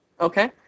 Okay